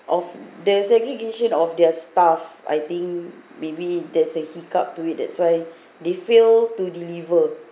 of the segregation of their staff I think maybe there's a hiccup to it that's why they fail to deliver